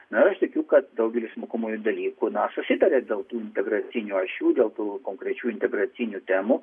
na aš tikiu kad daugelis mokomųjų dalykų na susitarė dėl tų integracinių ašių dėl tų konkrečių integracinių temų